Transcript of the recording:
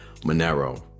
monero